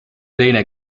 teine